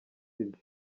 sibyo